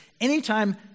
anytime